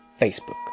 Facebook